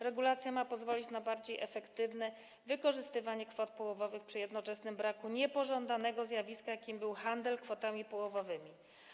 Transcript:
Regulacja ma pozwolić na bardziej efektywne wykorzystywanie kwot połowowych przy jednoczesnym braku niepożądanego zjawiska, jakim był handel kwotami połowowymi.